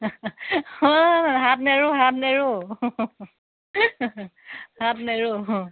অ হাত নেৰোঁ হাত নেৰোঁ